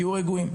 תהיו רגועים.